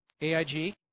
AIG